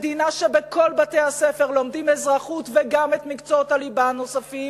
מדינה שבכל בתי-הספר לומדים אזרחות וגם את מקצועות הליבה הנוספים,